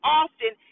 often